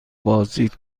بازدید